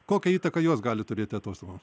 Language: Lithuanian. kokią įtaką jos gali turėti atostogoms